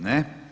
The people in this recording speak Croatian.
Ne.